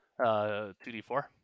2d4